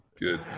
Good